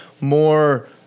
more